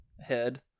head